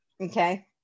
okay